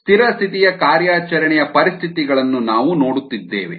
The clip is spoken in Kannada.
ಸ್ಥಿರ ಸ್ಥಿತಿಯ ಕಾರ್ಯಾಚರಣೆಯ ಪರಿಸ್ಥಿತಿಗಳನ್ನು ನಾವು ನೋಡುತ್ತಿದ್ದೇವೆ